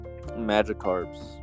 Magikarps